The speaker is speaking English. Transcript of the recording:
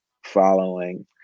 following